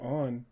on